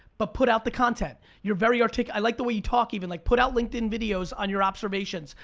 but put out the content. your very artic. i like the way you talk even, like, put out linkedin videos on your observations,